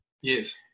Yes